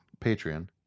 Patreon